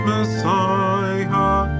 Messiah